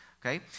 Okay